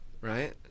Right